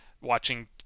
watching